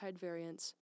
variants